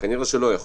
לא יכול